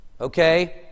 Okay